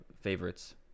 favorites